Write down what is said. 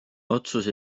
otsus